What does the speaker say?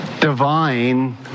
divine